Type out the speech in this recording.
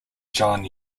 john